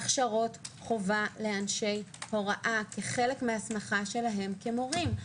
הכשרות חובה לאנשי הוראה כחלק מההסמכה שלהם כמורים.